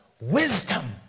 wisdom